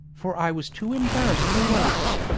for i was too embarrassed for words.